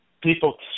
people